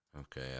Okay